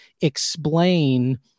explain